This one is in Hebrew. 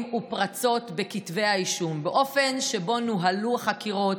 ופרצות בכתבי האישום: באופן שבו נוהלו חקירות,